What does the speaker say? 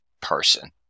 person